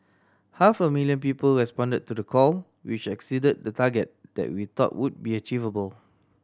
half a million people responded to the call which exceeded the target that we thought would be achievable